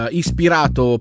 ispirato